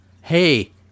hey